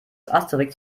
asterix